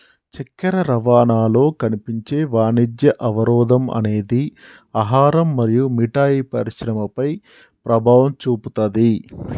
చక్కెర రవాణాలో కనిపించే వాణిజ్య అవరోధం అనేది ఆహారం మరియు మిఠాయి పరిశ్రమపై ప్రభావం చూపుతాది